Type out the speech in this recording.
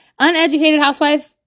Uneducatedhousewife